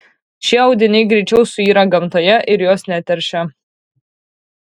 šie audiniai greičiau suyra gamtoje ir jos neteršia